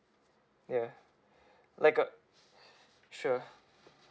ya like a sure